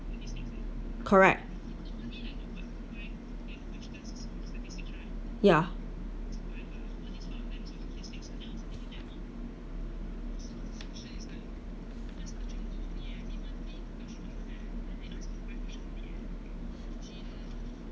correct ya